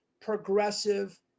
progressive